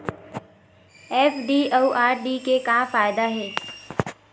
FD अउ RD के का फायदा हे?